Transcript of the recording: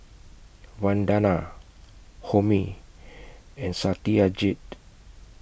Vandana Homi and Satyajit